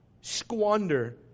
squander